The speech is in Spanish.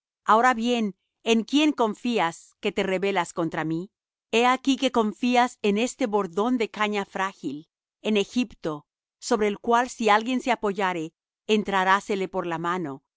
ahora bien en quién confías que te rebelas contra mí he aquí que confías en este bordón de caña frágil en egipto sobre el cual si alguien se apoyare entrarásele por la mano